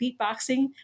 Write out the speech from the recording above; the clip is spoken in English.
beatboxing